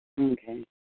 Okay